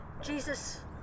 Jesus